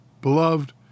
Beloved